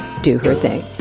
do her thing